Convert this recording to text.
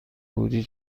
بودی